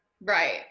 Right